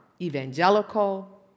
evangelical